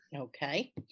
Okay